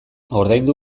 ordaindu